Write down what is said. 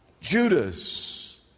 Judas